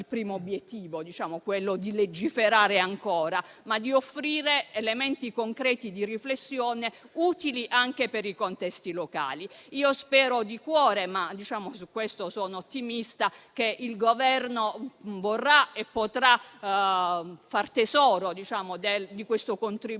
primo obiettivo non è stato quello di legiferare ancora, ma di offrire elementi concreti di riflessione, utili anche per i contesti locali. Spero di cuore - ma su questo sono ottimista - che il Governo vorrà e potrà far tesoro di questo contributo